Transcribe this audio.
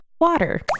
water